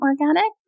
organic